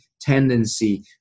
tendency